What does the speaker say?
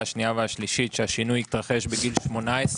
השניה והשלישית שהשינוי יתרחש בגיל 18,